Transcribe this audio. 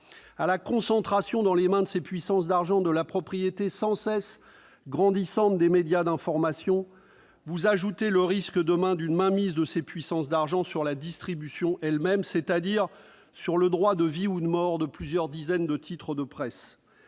À la concentration dans les mains de ces puissances d'argent de la propriété d'une part sans cesse grandissante des médias d'information, vous ajoutez le risque d'une mainmise de ces puissances sur la distribution, c'est-à-dire d'un droit de vie ou de mort sur plusieurs dizaines de titres de presse.